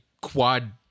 quad